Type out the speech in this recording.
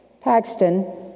Paxton